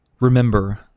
Remember